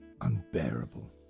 unbearable